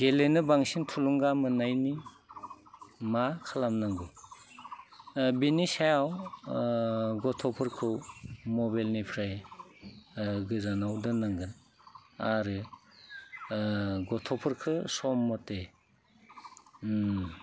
गेलेनो बांसिन थुलुंगा मोननायनि मा खालामनांगौ बिनि सायाव गथ'फोरखौ मबाइलनिफ्राय गोजानाव दोननांगोन आरो गथ'फोरखो सम मथे